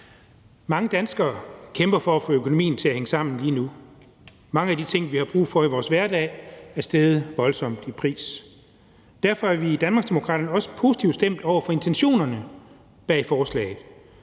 Mange danskere kæmper for at få økonomien til at hænge sammen lige nu. Mange af de ting, vi har brug for i vores hverdag, er steget voldsomt i pris, og derfor er vi i Danmarksdemokraterne også positivt stemt over for intentionerne bag forslaget.